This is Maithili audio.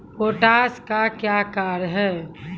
पोटास का क्या कार्य हैं?